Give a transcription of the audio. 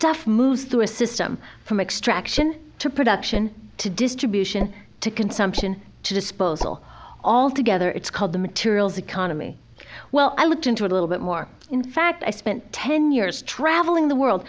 stuff moves through a system from extraction to production to distribution to consumption to disposal all together it's called the materials economy well i looked into a little bit more in fact i spent ten years traveling the world